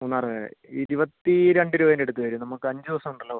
മൂന്നാർ വരെ ഇരുപത്തി രണ്ട് രൂപേന്റെ അടുത്ത് വരും നമുക്ക് അഞ്ച് ദിവസം ഉണ്ടല്ലോ